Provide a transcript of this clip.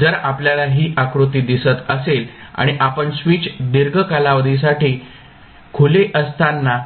जर आपल्याला ही आकृती दिसत असेल आणि आपण स्विच दीर्घ कालावधीसाठी खुले असताना